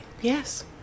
Yes